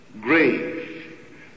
grave